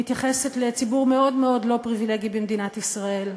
מתייחסת לציבור מאוד מאוד לא פריבילגי במדינת ישראל.